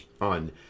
on